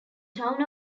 town